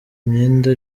imyenda